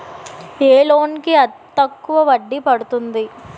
ఏ loan కి అతి తక్కువ వడ్డీ పడుతుంది?